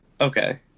Okay